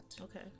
Okay